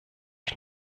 ich